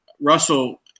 Russell